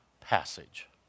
passage